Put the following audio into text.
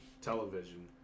television